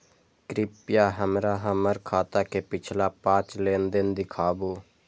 कृपया हमरा हमर खाता के पिछला पांच लेन देन दिखाबू